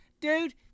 dude